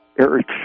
Eric